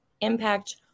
impact